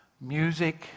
Music